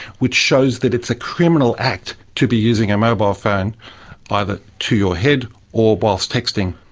which shows that it's a criminal act to be using a mobile phone either to your head or whilst texting.